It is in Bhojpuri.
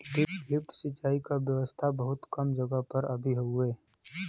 लिफ्ट सिंचाई क व्यवस्था बहुत कम जगह पर अभी हउवे